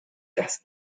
dass